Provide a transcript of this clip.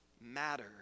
matter